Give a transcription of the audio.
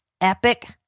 epic